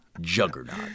Juggernaut